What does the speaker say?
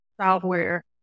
software